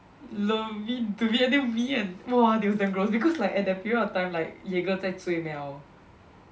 lovely dovey !wah! that was damn gross because like at that period of time like Yeager 在追 Mel